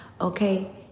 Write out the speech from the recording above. okay